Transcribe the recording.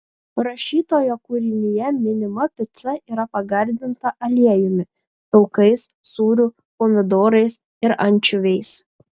rašytojo kūrinyje minima pica yra pagardinta aliejumi taukais sūriu pomidorais ir ančiuviais